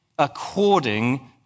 according